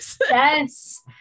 yes